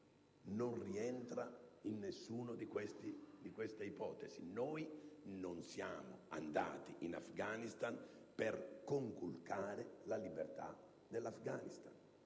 non rientra in alcuna di queste ipotesi: non siamo andati in Afghanistan per conculcare la libertà dell'Afghanistan;